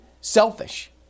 selfish